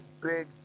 big